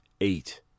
eight